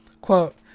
quote